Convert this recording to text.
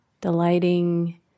Delighting